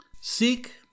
Seek